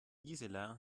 gisela